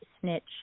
snitch